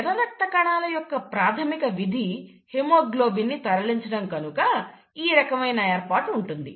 ఎర్ర రక్త కణాల యొక్క ప్రాథమిక విధి హెమోగ్లోబిన్ ను తరలించడం కనుక ఈ రకమైన ఏర్పాటు ఉంటుంది